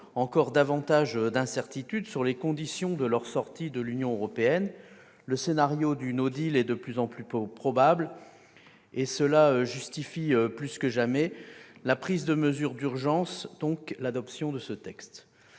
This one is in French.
encore davantage d'incertitudes sur les conditions de la sortie de ce pays de l'Union européenne. Le scénario du étant de plus en plus probable, cela justifie plus que jamais la prise de mesures d'urgence, donc l'adoption de ce texte.